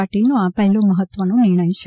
પાટિલ નો આ પહેલો મહત્વ નો નિર્ણય છે